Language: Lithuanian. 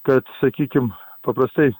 kad sakykim paprastai